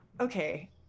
okay